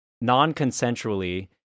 non-consensually